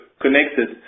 connected